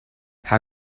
how